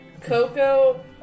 Coco